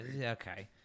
okay